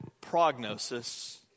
prognosis